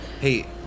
Hey